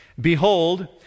Behold